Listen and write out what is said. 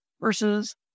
versus